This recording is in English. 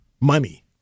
money